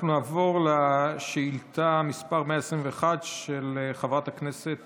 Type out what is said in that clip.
אנחנו נעבור לשאילתה מס' 121, של חברת הכנסת